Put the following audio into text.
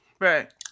right